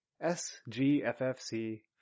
S-G-F-F-C